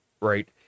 right